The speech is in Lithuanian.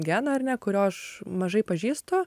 geną ar ne kurio aš mažai pažįstu